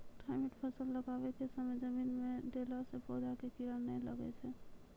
Thimet फ़सल लगाबै के समय जमीन मे देला से पौधा मे कीड़ा नैय लागै छै?